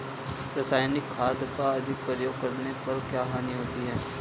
रासायनिक खाद का अधिक प्रयोग करने पर क्या हानि होती है?